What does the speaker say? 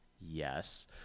yes